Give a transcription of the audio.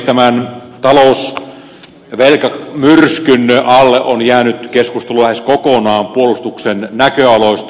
tämän talousvelkamyrskyn alle on jäänyt keskustelu lähes kokonaan puolustuksen näköaloista